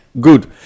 Good